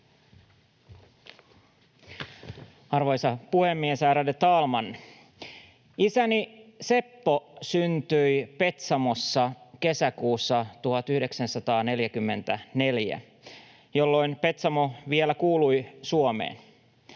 Arvoisa puhemies, ärade talman! Isäni Seppo syntyi Petsamossa kesäkuussa 1944, jolloin Petsamo vielä kuului Suomeen.